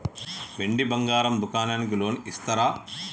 వెండి బంగారం దుకాణానికి లోన్ ఇస్తారా?